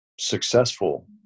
successful